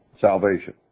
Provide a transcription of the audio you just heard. salvation